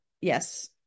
Yes